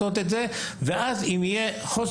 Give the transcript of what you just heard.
ואם יהיה משהו חריג,